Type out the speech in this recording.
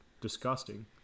disgusting